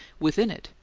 within it,